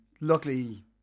Luckily